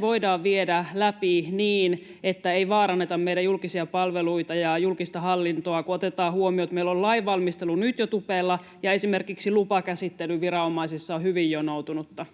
voidaan viedä läpi niin, että ei vaaranneta meidän julkisia palveluita ja julkista hallintoa, kun otetaan huomioon, että meillä on lainvalmistelu nyt jo tupella ja esimerkiksi lupakäsittelyviranomaisissa on hyvin jonoutunutta.